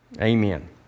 Amen